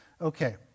Okay